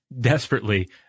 desperately